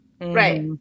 Right